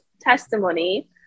testimony